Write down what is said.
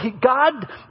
God